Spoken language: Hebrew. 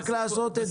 רק צריך לעשות את זה.